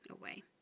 away